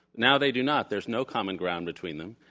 now they do not. there's no common ground between them.